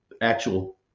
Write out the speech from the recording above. actual